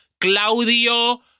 Claudio